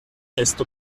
esto